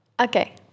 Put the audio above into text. okay